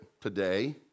today